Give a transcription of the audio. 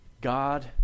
God